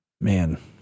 Man